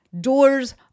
Doors